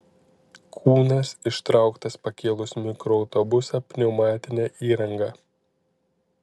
kūnas ištrauktas pakėlus mikroautobusą pneumatine įranga